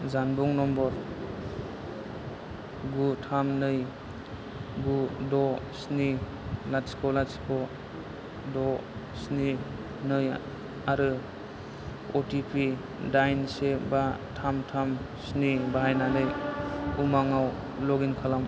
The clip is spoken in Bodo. जानबुं नम्बर गु थाम नै गु द' स्नि लाथिख' लाथिख' द' स्नि नै आरो अटिपि दाइन से बा थाम थाम स्नि बाहायनानै उमांआव लग इन खालाम